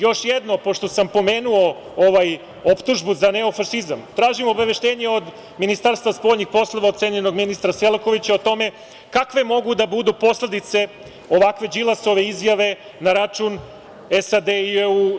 Još jedno, pošto sam pomenuo optužbu za neofašizam, tražim obaveštenje od Ministarstva spoljnih poslova, od cenjenog ministra Selakovića, o tome kakve mogu da budu posledice ovakve Đilasove izjave na račun SAD i EU?